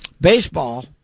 Baseball